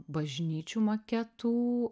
bažnyčių maketų